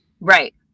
right